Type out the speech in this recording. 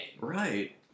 Right